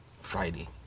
Friday